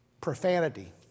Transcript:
Profanity